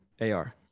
Ar